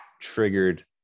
triggered